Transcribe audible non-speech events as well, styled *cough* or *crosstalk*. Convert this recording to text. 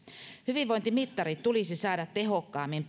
hyvinvointimittarit tulisi saada tehokkaammin *unintelligible*